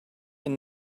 and